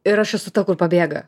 ir aš esu ta kur pabėga